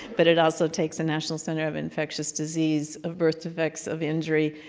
but it also takes the national center of infectious disease, of birth defects, of injury,